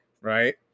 right